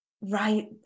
right